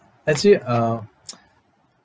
actually uh